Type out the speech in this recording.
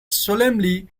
solemnly